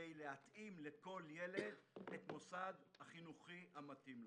להתאים לכל ילד את מוסד החינוך המתאים לו.